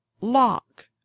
lock